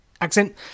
accent